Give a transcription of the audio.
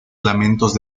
lamentos